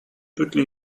toutes